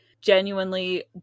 genuinely